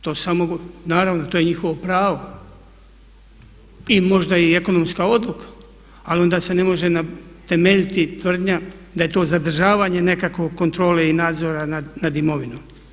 To samo, naravno to je njihovo pravo i možda i ekonomska odluka. ali onda se ne može temeljiti tvrdnja da je to zadržavanje nekakvog kontrole i nadzora nad imovinom.